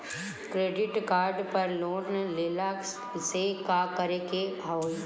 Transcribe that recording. Credit card पर loan लेला से का का करे क होइ?